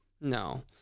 No